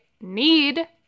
need